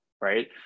Right